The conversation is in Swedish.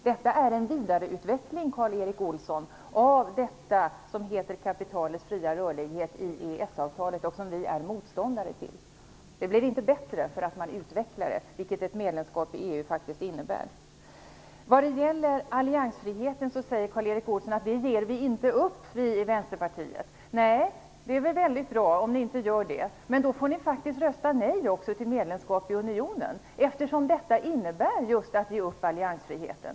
Detta är en vidareutveckling, Karl Erik Olsson, av det som heter kapitalets fria rörlighet i EES-avtalet och som vi är motståndare till. Det blir inte bättre för att man utvecklar detta, vilket ett medlemskap i EU faktiskt innebär. Karl Erik Olsson säger att ni inte ger upp alliansfriheten i Centerpartiet. Det är väldigt bra om ni inte gör det. Då får ni faktiskt också rösta nej till medlemskap i unionen, eftersom detta innebär just att ge upp alliansfriheten.